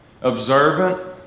Observant